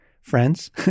Friends